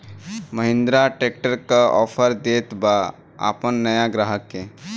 Mahindra tractor का offer देत बा अपना नया ग्राहक के?